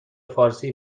فارسی